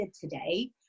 today